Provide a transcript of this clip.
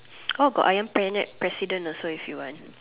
or got Ayam-penyet president also if you want